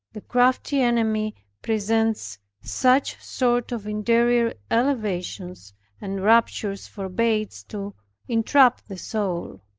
the crafty enemy presents such sort of interior elevations and raptures for baits to entrap the soul,